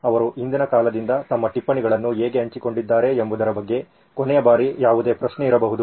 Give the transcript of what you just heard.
ಅವರು ಹಿಂದಿನ ಕಾಲದಿಂದ ತಮ್ಮ ಟಿಪ್ಪಣಿಗಳನ್ನು ಹೇಗೆ ಹಂಚಿಕೊಂಡಿದ್ದಾರೆ ಎಂಬುದರ ಬಗ್ಗೆ ಕೊನೆಯ ಬಾರಿ ಯಾವುದೇ ಪ್ರಶ್ನೆ ಇರಬಹುದು